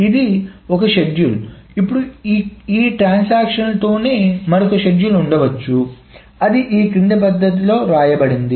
ఇది ఒక షెడ్యూల్ ఇప్పుడు ఈ ట్రాన్సాక్షన్లతోనే మరొక షెడ్యూల్ ఉండవచ్చు అది క్రింది పద్ధతిలో వ్రాయబడింది